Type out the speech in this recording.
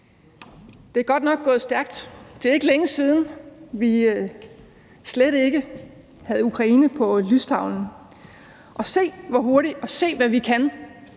Det er godt nok gået stærkt. Det er ikke længe siden, vi slet ikke havde Ukraine på lystavlen. Og se, hvor hurtigt, og se, hvad vi kan,